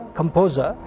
composer